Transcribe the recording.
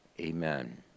amen